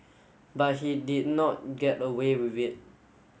but he did not get away with it